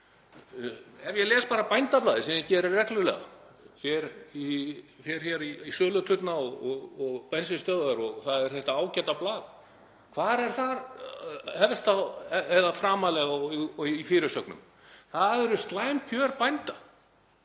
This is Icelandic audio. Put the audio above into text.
Ef ég les bara Bændablaðið, sem ég geri reglulega, fer í söluturna og bensínstöðvar og þar er þetta ágæta blað, hvað er þar framarlega í fyrirsögnum? Það eru slæm kjör bænda,